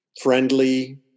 friendly